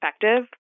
effective